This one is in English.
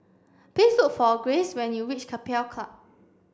please look for Grayce when you reach Keppel Club